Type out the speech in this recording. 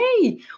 hey